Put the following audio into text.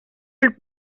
felt